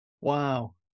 Wow